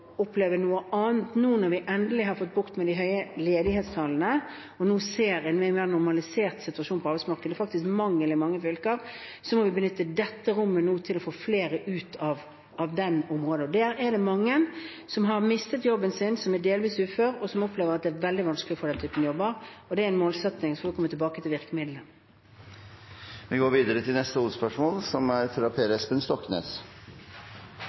noe annet nå når vi endelig har fått bukt med de høye ledighetstallene og ser en mye mer normalisert situasjon på arbeidsmarkedet – det er faktisk mangel på arbeidskraft i mange fylker. Vi må benytte dette rommet til å få flere ut av den situasjonen. Det er mange som har mistet jobben sin, som er delvis uføre, og som opplever at det er veldig vanskelig å få den typen jobber. Det er en målsetting, og så får vi komme tilbake til virkemidlene. Vi går videre til neste hovedspørsmål.